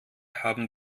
haben